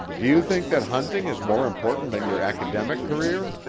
do you think that hunting is more important than your academic career?